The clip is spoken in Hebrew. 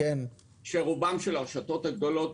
שרובם שייכים לרשתות הגדולות,